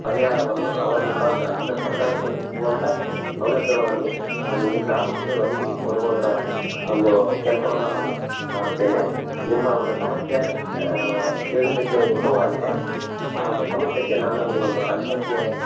ಪರಿಹಾರವನ್ನು ಅವ್ರ ಮುಖಾಂತರ ಅಂದರೆ ಸರ್ಕಾರದಿಂದ ಸಿಗುವಂಥ ಸೌಲಭ್ಯಗಳನ್ನು ನಾನು ಈ ಗ್ರಾಮಕ್ಕೆ ಒದಗಿಸಿ ಕೊಡುವುದ್ರ ಒಂದು ಕೆಲಸವನ್ನು ನಾನು ಮಾಡುತ್ತೇನೆ ನಿಮ್ಮ ಒಂದು ಸಮಸ್ಯೆ ಕೇಳಿದ್ದಕ್ಕೆ ಉತ್ತಮವಾಗಿದೆ ಆ ಒಂದು ಸಮಸ್ಯೆಗೆ ನಾನು ಈ ಒಂದು ಪಂಚಾಯಿತಿಯ